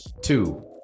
two